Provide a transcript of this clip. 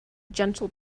gentle